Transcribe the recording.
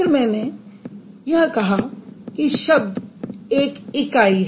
फिर मैंने यह कहा कि शब्द एक इकाई है